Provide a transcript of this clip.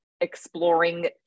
exploring